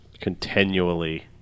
continually